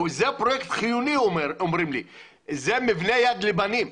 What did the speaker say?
אומרים לי, זה פרויקט חיוני, זה מבינה "יד לבנים".